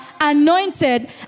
anointed